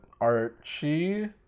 Archie